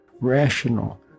rational